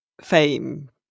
fame